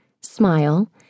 smile